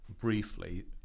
briefly